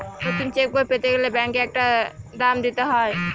নতুন চেকবই পেতে গেলে ব্যাঙ্কে একটা দাম দিতে হয়